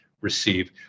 receive